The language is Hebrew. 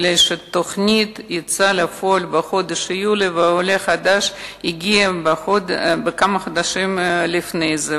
כי התוכנית יצאה לפועל בחודש יולי והעולה החדש הגיע כמה חודשים לפני זה.